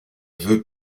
veut